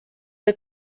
või